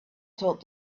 told